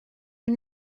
une